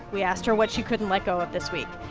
we asked her what she couldn't let go of this week.